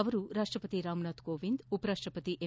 ಅವರು ರಾಷ್ಷಪತಿ ರಾಮ್ನಾಥ್ ಕೋವಿಂದ್ ಉಪರಾಷ್ಟಪತಿ ಎಂ